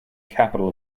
capital